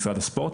משרד הספורט.